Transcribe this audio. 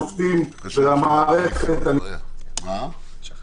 של עשרה ימים רצופים לבין מה שייקח